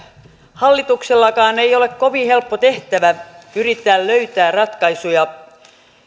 hallituksellakaan ei ole kovin helppo tehtävä yrittää löytää ratkaisuja